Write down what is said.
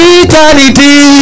eternity